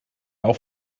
auch